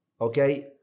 okay